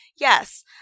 Yes